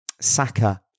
Saka